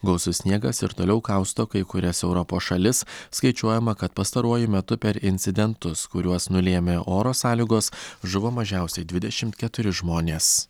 gausus sniegas ir toliau kausto kai kurias europos šalis skaičiuojama kad pastaruoju metu per incidentus kuriuos nulėmė oro sąlygos žuvo mažiausiai dvidešimt keturi žmonės